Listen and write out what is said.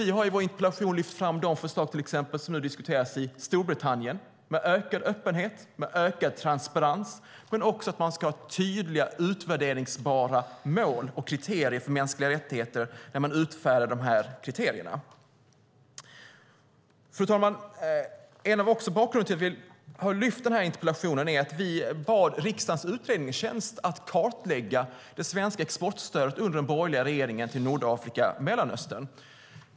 Vi har i vår interpellation lyft fram de förslag som nu diskuteras i till exempel Storbritannien om ökad öppenhet och transparens och om att man ska ha tydliga mål, som går att utvärdera, för mänskliga rättigheter när man utfärdar de här kriterierna. Fru talman! En av orsakerna till att vi har ställt den här interpellationen är att vi bad riksdagens utredningstjänst att kartlägga det svenska exportstödet till Nordafrika och Mellanöstern under den borgerliga regeringen.